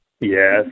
Yes